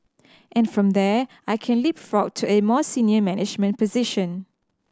and from there I can leapfrog to a more senior management position